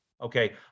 okay